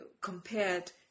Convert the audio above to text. Compared